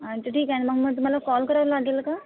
अच्छा ठीक आहे ना मग म तुम्हाला कॉल करावा लागेल का